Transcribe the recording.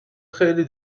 خیلی